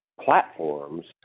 platforms